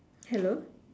hello